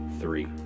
three